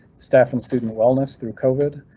staff and student wellness through covid.